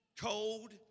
cold